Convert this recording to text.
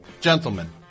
gentlemen